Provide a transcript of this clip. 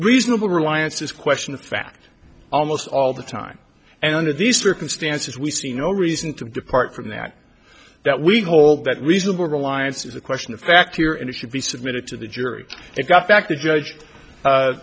reasonable reliance is question of fact almost all the time and under these circumstances we see no reason to depart from that that we hold that reasonable reliance is a question of fact here and it should be submitted to the jury they got fact the judge